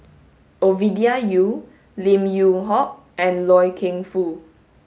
Ovidia Yu Lim Yew Hock and Loy Keng Foo